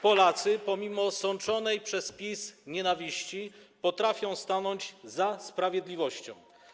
Polacy - pomimo sączonej przez PiS nienawiści - potrafią stanąć za sprawiedliwością.